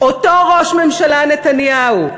אותו ראש הממשלה נתניהו,